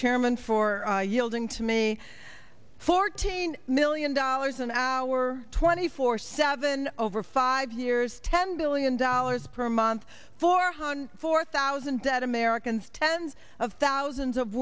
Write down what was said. chairman for going to me fourteen million dollars an hour twenty four seven over five years ten billion dollars per month for on four thousand dead americans tens of thousands of